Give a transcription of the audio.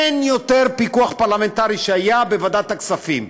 אין יותר פיקוח פרלמנטרי שהיה בוועדת הכספים,